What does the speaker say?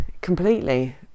Completely